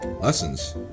Lessons